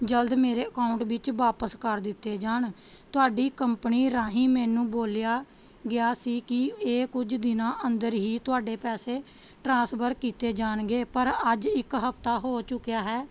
ਜਲਦ ਮੇਰੇ ਅਕਾਊਂਟ ਵਿੱਚ ਵਾਪਸ ਕਰ ਦਿੱਤੇ ਜਾਣ ਤੁਹਾਡੀ ਕੰਪਨੀ ਰਾਹੀਂ ਮੈਨੂੰ ਬੋਲਿਆ ਗਿਆ ਸੀ ਕਿ ਇਹ ਕੁਝ ਦਿਨਾਂ ਅੰਦਰ ਹੀ ਤੁਹਾਡੇ ਪੈਸੇ ਟ੍ਰਾਂਸਫਰ ਕੀਤੇ ਜਾਣਗੇ ਪਰ ਅੱਜ ਇੱਕ ਹਫਤਾ ਹੋ ਚੁੱਕਿਆ ਹੈ